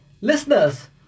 listeners